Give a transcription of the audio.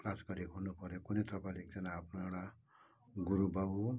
class गरेको हुनु पऱ्यो कुनै तपाईँले एकजना आफ्नो एउटा गुरुबाउ